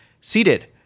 seated